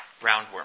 roundworm